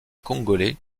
congolais